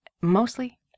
mostly